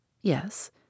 Yes